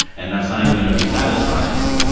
and that's not even going to be satisfying.